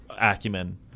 acumen